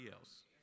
else